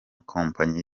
kompanyi